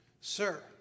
Sir